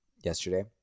yesterday